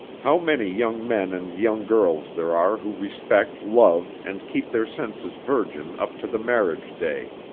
how many young men and young girls there are who respect love and keep their senses virgin up to the marriage day!